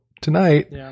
tonight